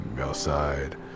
outside